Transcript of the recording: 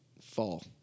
Fall